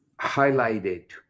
highlighted